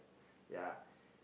yeah